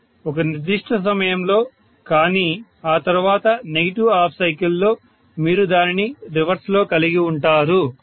student 4446 professor ఒక నిర్దిష్ట సమయంలో కానీ ఆ తరువాత నెగటివ్ హాఫ్ సైకిల్ లో మీరు దానిని రివర్స్ లో కలిగి ఉంటారు